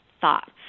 thoughts